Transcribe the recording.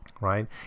right